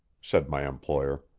said my employer.